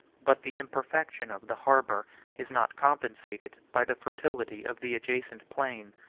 but the imperfection of the harbor is not compensated by the fertility of the adjacent plain.